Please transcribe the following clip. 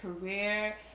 career